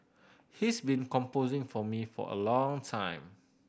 he's been composing for me for a long time